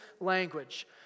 language